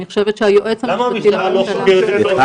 אני חושבת שהיועץ המשפטי --- למה,